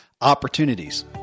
opportunities